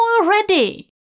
Already